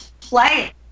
play